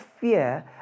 fear